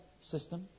system